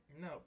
no